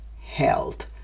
Health